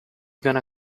gonna